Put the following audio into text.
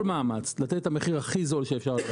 מאמץ לתת את המחיר הכי זול שאפשר לתת.